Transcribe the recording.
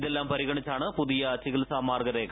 ഇതെല്ലാം പരിഗണിച്ചാണ് പുതിയ ചികിത്സാ മാർഗ്ഗരേഖ